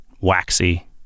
waxy